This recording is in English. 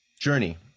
journey